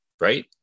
right